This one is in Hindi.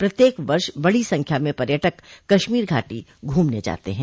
प्रत्येक वर्ष बड़ी संख्या में पर्यटक कश्मीर घाटी घूमने जाते हैं